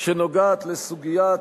שנוגעת לסוגיית,